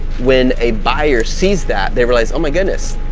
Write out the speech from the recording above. when a buyer sees that, they realized, oh my goodness,